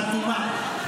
אטומה,